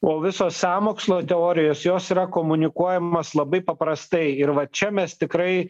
o visos sąmokslo teorijos jos yra komunikuojamos labai paprastai ir va čia mes tikrai